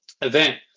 event